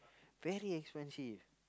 very expensive